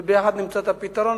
ביחד נמצא את הפתרון.